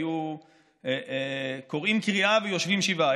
היו קורעים קריעה ויושבים שבעה,